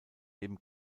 neben